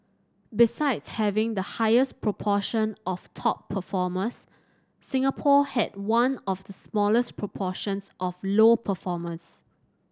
besides having the highest proportion of top performers Singapore had one of the smallest proportions of low performers